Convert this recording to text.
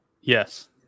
Yes